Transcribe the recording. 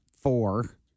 four